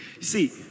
see